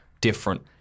different